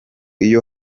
iyo